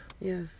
Yes